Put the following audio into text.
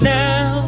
now